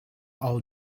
all